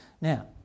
Now